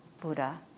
Buddha